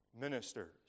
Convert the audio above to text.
ministers